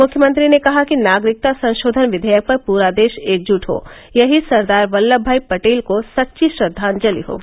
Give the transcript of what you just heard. मुख्यमंत्री ने कहा कि नागरिकता संशोधन विधेयक पर पूरा देश एकजुट हो यही सरदार वल्लभ भाई पटेल को सच्ची श्रद्वांजलि होगी